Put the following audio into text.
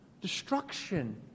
destruction